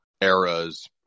era's